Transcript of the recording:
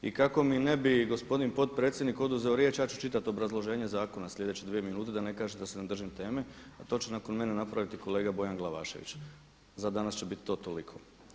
I kako mi ne bi gospodin potpredsjednik oduzeo riječ ja ću čitati obrazloženje zakona slijedeće dvije minute da ne kažete da se ne držim teme, a to će nakon mene napraviti i kolega Bojan Glavašević za danas će biti to toliko.